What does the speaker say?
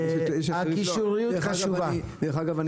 דרך אגב,